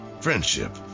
friendship